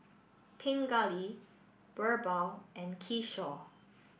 Pingali Birbal and Kishore